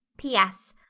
p s.